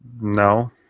No